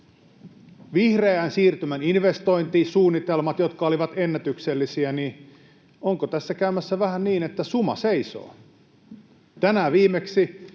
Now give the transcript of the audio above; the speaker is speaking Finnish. Vihreän siirtymän investointisuunnitelmat olivat ennätyksellisiä, mutta onko tässä käymässä vähän niin, että suma seisoo?